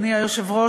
אדוני היושב-ראש,